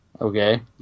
Okay